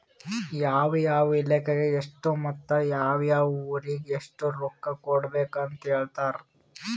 ಯಾವ ಯಾವ ಇಲಾಖೆಗ ಎಷ್ಟ ಮತ್ತ ಯಾವ್ ಯಾವ್ ಊರಿಗ್ ಎಷ್ಟ ರೊಕ್ಕಾ ಕೊಡ್ಬೇಕ್ ಅಂತ್ ಹೇಳ್ತಾರ್